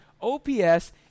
OPS